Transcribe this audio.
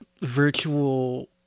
virtual